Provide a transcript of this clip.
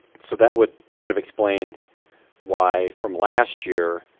so that would kind of explain why from last year,